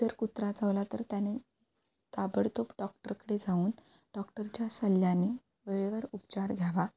जर कुत्रा चावला तर त्याने ताबडतोब डॉक्टरकडे जाऊन डॉक्टरच्या सल्ल्याने वेळेवर उपचार घ्यावा